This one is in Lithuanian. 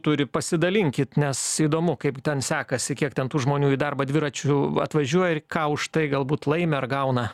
turi pasidalinkit nes įdomu kaip ten sekasi kiek ten tų žmonių į darbą dviračiu atvažiuoja ir ką už tai galbūt laimi ar gauna